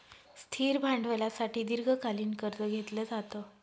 स्थिर भांडवलासाठी दीर्घकालीन कर्ज घेतलं जातं